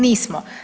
Nismo.